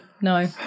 no